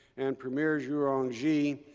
and premier zhu rongji,